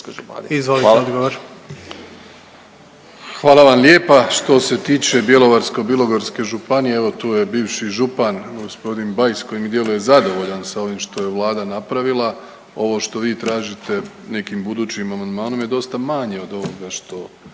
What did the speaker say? Hvala vam lijepa. Što se tiče Bjelovarsko-bilogorske županije evo tu je bivši župan gospodin Bajs koji mi djeluje zadovoljan sa ovim što je Vlada napravila. Ovo što vi tražite nekim budućim amandmanom je dosta manje od ovoga što